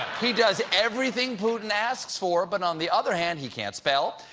he does everything putin asks for, but on the other hand, he can't spell,